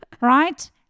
right